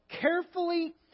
carefully